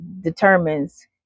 determines